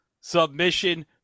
submission